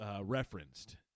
referenced